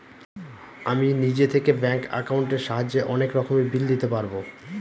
আমি নিজে থেকে ব্যাঙ্ক একাউন্টের সাহায্যে অনেক রকমের বিল দিতে পারবো